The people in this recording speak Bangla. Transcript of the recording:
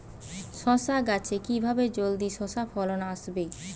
শশা গাছে কিভাবে জলদি শশা ফলন আসবে?